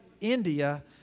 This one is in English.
India